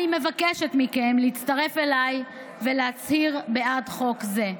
אני מבקשת מכם להצטרף אליי ולהצביע בעד חוק זה,